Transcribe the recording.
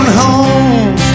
home